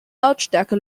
lautstärke